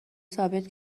ثابت